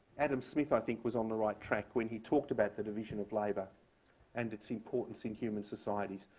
adam smith, i think, was on the right track when he talked about the division of labor and its importance in human societies.